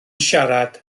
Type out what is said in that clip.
siarad